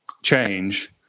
Change